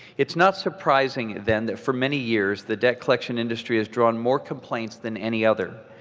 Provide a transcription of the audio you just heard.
it not surprising, then, that for many years, the debt collection industry has drawn more complaints than any other,